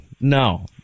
no